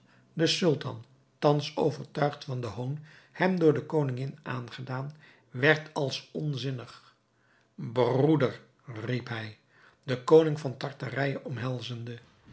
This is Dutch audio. de sultan thans overtuigd van den hoon hem door de koningin aangedaan werd als onzinnig broeder riep hij den koning van tartarije omhelzende